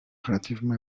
relativement